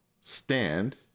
stand